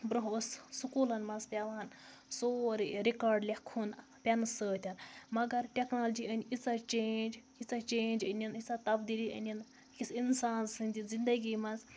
برٛونٛہہ اوس سکوٗلَن مَنٛز پٮ۪وان سورُے رِکاڈ لٮ۪کھُن پٮ۪نہٕ سۭتۍ مگر ٹٮ۪کنالجی أنۍ ییٖژاہ چینٛج ییٖژاہ چینٛج أنِن ییٖژاہ تَبدیٖلی أنِن أکِس اِنسان سٕنٛدِ زِندگی منٛز